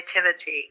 creativity